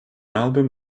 album